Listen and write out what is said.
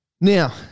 now